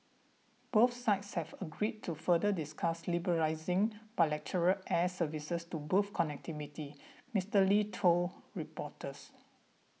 both sides have agreed to further discuss liberalising bilateral air services to boost connectivity Mister Lee told reporters